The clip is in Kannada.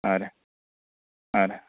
ಹಾಂ ರೀ ಹಾಂ ರೀ